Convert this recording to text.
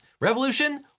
revolution